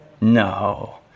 No